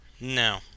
No